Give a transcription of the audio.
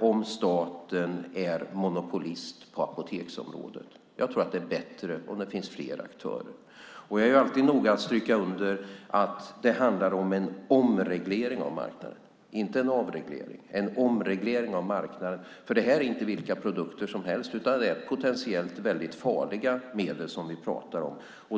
om staten är monopolist på apoteksområdet. Jag tror att det är bättre om det finns fler aktörer. Och jag är alltid noga med att stryka under att det handlar om en omreglering av marknaden, inte en avreglering, för det här är inte vilka produkter som helst, utan det är potentiellt väldigt farliga medel som vi pratar om.